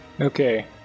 Okay